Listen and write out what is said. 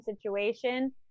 situation